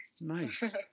Nice